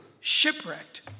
Shipwrecked